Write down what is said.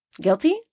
Guilty